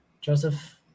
Joseph